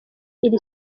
iri